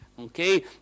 Okay